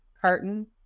carton